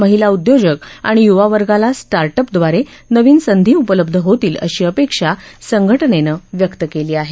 महिलाउद्योजक आणि युवावर्गाला स्टार्टअप द्वारे नवीन संधी उपलब्ध होतील अशी अपेक्षा संघटनेनं व्यक्त केली आहे